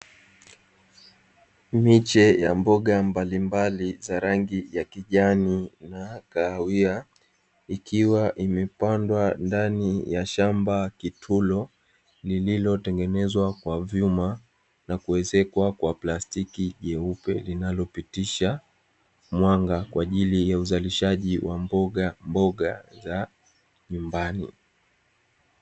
Miche ya mboga mbalimbali za rangi ya kijani na kahawia, ikiwa imepandwa ndani ya shamba kitulo, lililotengenezwa kwa vyuma na kuezekwa kwa plastiki nyeupe linalopitisha mwanga kwa ajili ya uzalishaji wa mbogamboga za nyumbani.